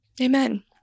Amen